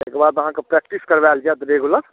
ताहिके बाद अहाँकेँ प्रैक्टिस करबाओल जायत रेगुलर